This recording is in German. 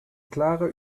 klarer